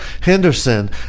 Henderson